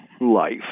life